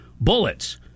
bullets